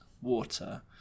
water